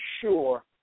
sure